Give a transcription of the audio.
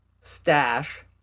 stash